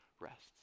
rests